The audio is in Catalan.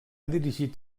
dirigit